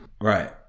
Right